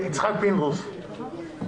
חבר הכנסת יצחק פינדרוס, בבקשה.